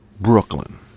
Brooklyn